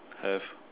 have